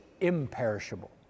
imperishable